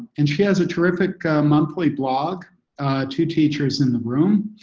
and she has a terrific monthly blog to teachers in the room.